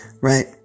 Right